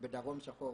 בדרום שחור,